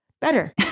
better